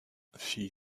fis